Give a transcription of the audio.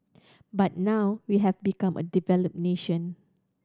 but now we have become a developed nation